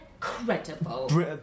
Incredible